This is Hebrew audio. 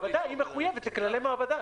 המעבדה מחויבת לכללי המעבדה,